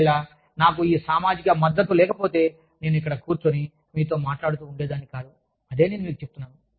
ఒకవేళ నాకు ఈ సామాజిక మద్దతు లేకపోతే నేను ఇక్కడ కూర్చుని మీతో మాట్లాడుతూ ఉండేదాన్ని కాదు అదే నేను మీకు చెప్తున్నాను